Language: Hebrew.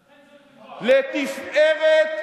לתפארת,